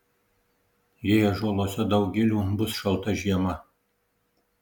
jei ąžuoluose daug gilių bus šalta žiema